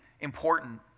important